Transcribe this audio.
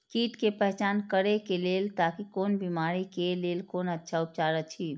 कीट के पहचान करे के लेल ताकि कोन बिमारी के लेल कोन अच्छा उपचार अछि?